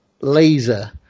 laser